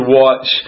watch